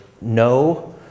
no